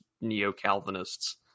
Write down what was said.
neo-Calvinists